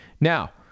Now